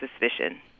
suspicion